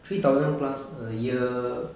three thousand plus a year